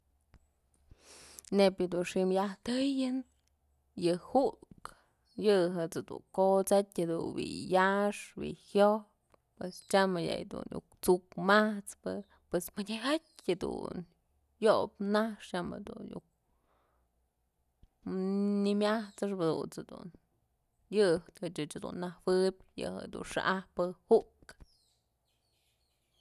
Neyb yëdun xi'im yajtëyën yë ju'ukë yë jedët's dun kot'satyë wë yaxpë wë jyojpë tyam yay dun iuk t'suk mat'spë pues mëdyë jatyë jedun yobyë naxpë tyam jedun iuk nëmyat'sëxëbe jadunt's jedun yë ëch dun najuëb yëdun xa'ajpë ju'ukë.